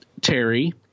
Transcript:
Terry